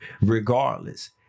Regardless